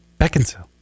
Beckinsale